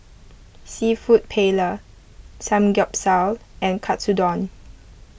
Seafood Paella Samgeyopsal and Katsudon